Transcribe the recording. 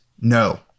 No